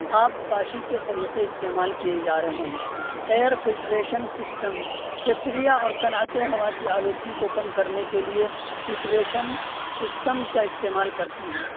آب پاشی کے طریقے استعمال کیے جا رہے ہیں ایئر فلٹریشن سسٹمز فیکٹریاں اور صنعتیں ہوا کی آلودگی کو کم کرنے کے لیے فلٹریشن سسٹمز کا استعمال کرتی ہیں